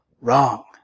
wrong